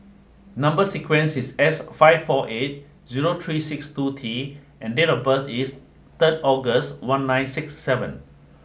number sequence is S five four eight zero three six two T and date of birth is third August one nine six seven